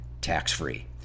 tax-free